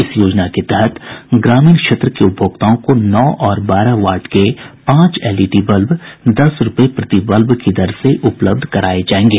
इस योजना के तहत ग्रामीण क्षेत्र के उपभोक्ताओं को नौ और बारह वाट के पांच एलईडी बल्ब दस रूपये प्रति बल्ब की दर से उपलब्ध कराये जायेंगे